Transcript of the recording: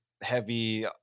heavy